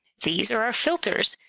these are our filters.